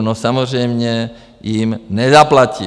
No samozřejmě jim nezaplatí!